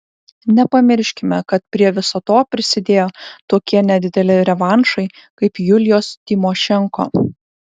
nepamirškime kad prie viso to prisidėjo tokie nedideli revanšai kaip julijos tymošenko